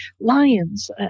Lions